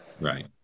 Right